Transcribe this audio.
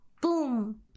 Boom